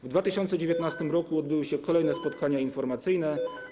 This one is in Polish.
W 2019 r. odbyły się kolejne spotkania informacyjne.